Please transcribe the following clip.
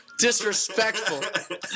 Disrespectful